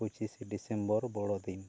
ᱯᱚᱪᱤᱥᱮ December ᱵᱚᱲᱚ ᱫᱤᱱ